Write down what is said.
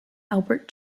albert